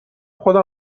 خودم